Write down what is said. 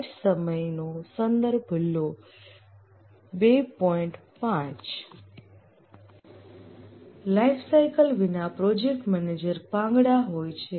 lifecycle વિના project manager પાંગડા હોય છે